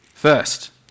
First